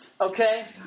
Okay